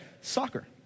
Soccer